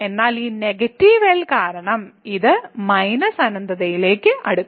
എന്നാൽ ഈ negative L കാരണം ഇത് മൈനസ് അനന്തതയിലേക്ക് അടുക്കും